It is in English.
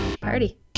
Party